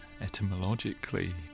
etymologically